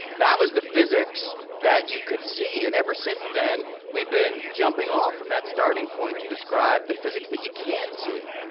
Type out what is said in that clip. that was the physics that you could see. and ever since then, we've been jumping off from that starting point to describe the physics that you can't see.